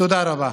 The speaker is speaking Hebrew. תודה רבה.